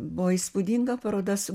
buvo įspūdinga paroda su